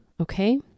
Okay